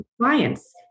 clients